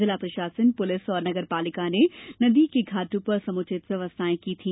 जिला प्रशासन पुलिस और नगरपालिका ने नदी के घाटों पर समुचित व्यवस्थाएं की थी